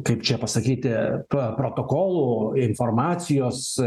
kaip čia pasakyti po protokolų informacijos